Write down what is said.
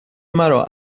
مرا